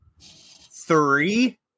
Three